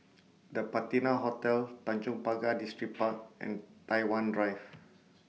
The Patina Hotel Tanjong Pagar Distripark and Tai Hwan Drive